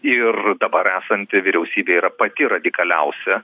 ir dabar esanti vyriausybė yra pati radikaliausia